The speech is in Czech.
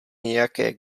nějaké